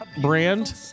brand